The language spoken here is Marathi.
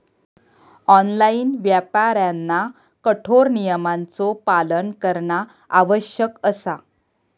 ऑनलाइन व्यापाऱ्यांना कठोर नियमांचो पालन करणा आवश्यक असा